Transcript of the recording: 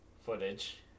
footage